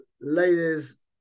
ladies